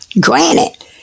granted